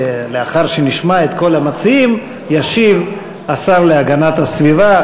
לאחר שנשמע את כל המציעים ישיב השר להגנת הסביבה,